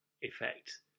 effect